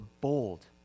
bold